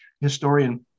historian